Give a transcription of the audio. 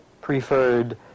preferred